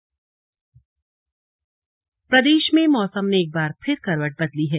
मौसम प्रदेश में मौसम ने एक बार फिर करवट बदली है